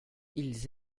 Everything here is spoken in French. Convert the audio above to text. ils